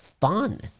fun